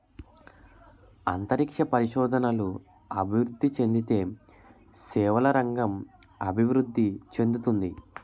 అంతరిక్ష పరిశోధనలు అభివృద్ధి చెందితే సేవల రంగం అభివృద్ధి చెందుతుంది